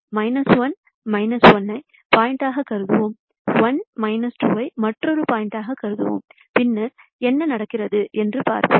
எனவே 1 1 ஐ ஒரு பாயிண்ட்டகக் கருதுவோம் 1 2 ஐ மற்றொரு பாயிண்ட்டகக் கருதுவோம் பின்னர் என்ன நடக்கிறது என்று பார்ப்போம்